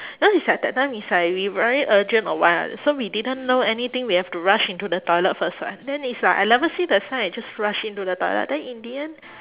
cause it's like that time is like we very urgent or what so we didn't know anything we have to rush into the toilet first [what] then it's like I never see the sign I just rush into the toilet then in the end